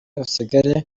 usigare